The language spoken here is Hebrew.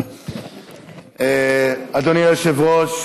אדוני היושב-ראש,